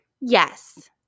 Yes